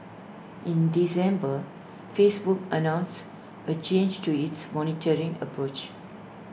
in December Facebook announced A change to its monitoring approach